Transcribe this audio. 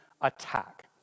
attack